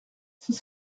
c’est